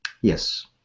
Yes